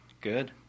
good